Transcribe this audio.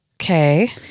Okay